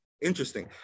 Interesting